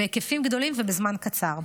בהיקפים גדולים ובזמן קצר.